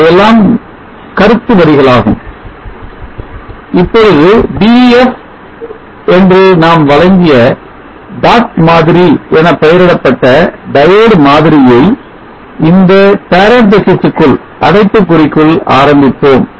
இதையெல்லாம் கருத்து வரிகளாகும் இப்பொழுது Def என்ன நாம் வழங்கிய dot மாதிரி என பெயரிடப்பட்ட Diode மாதிரியை இந்த parentheses க்குள் அடைப்புக்குறி ஆரம்பிப்போம்